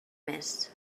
més